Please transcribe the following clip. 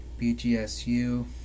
BGSU